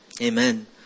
Amen